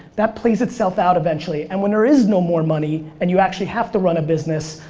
that plays itself out eventually. and when there is no more money and you actually have to run a business,